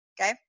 okay